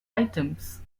items